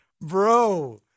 bro